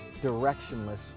directionless